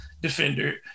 defender